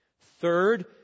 Third